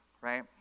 right